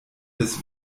des